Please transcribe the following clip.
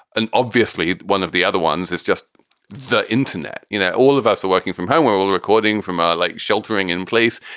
and obviously, one of the other ones is just the internet. you know, all of us are working from home. we're recording from our like sheltering in place.